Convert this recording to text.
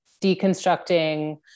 deconstructing